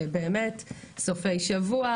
באמת בסופי שבוע,